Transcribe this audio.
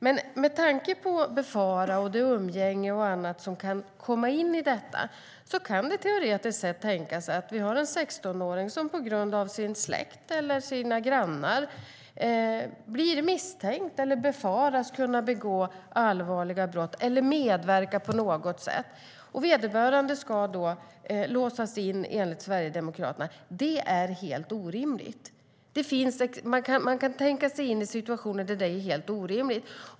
Men med tanke på vad man kan befara, umgänge och andra faktorer, kan det teoretiskt sett tänkas att det finns en 16-åring som på grund av sin släkt eller sina grannar blir misstänkt för eller befaras kunna begå allvarliga brott eller medverka på något sätt till brott. Vederbörande ska då låsas in, enligt Sverigedemokraterna. Det är helt orimligt. Om vi tänker oss in i situationen förstår vi att det är helt orimligt.